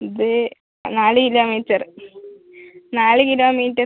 ഇത് നാല് കിലോമീറ്റർ നാല് കിലോമീറ്റർ